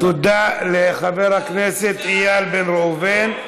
תודה לחבר הכנסת איל בן ראובן.